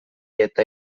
eta